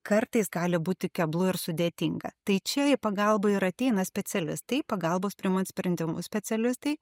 kartais gali būti keblu ir sudėtinga tai čia į pagalbą ir ateina specialistai pagalbos priimant sprendimus specialistai